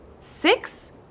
Six